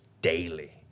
daily